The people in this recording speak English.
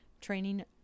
training